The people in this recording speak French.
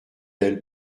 elle